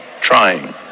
trying